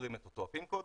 זוכרים את אותו pin code.